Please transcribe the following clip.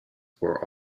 were